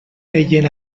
feien